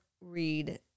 read